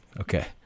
Okay